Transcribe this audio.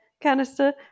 canister